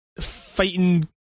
fighting